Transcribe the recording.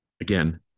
again